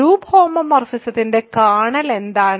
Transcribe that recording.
group ഹോമോമോർഫിസത്തിന്റെ kernel എന്താണ്